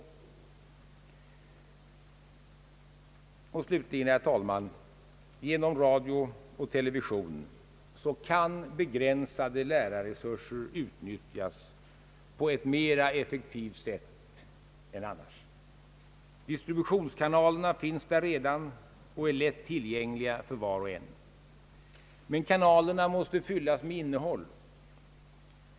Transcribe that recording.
Genom radio och television kan begränsade lärarresurser utnyttjas på ett mera effektivt sätt än annars. Distributionskanalerna finns där redan och är lätt tillgängliga för var och en. Men kanalerna måste fyllas med innehåll.